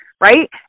right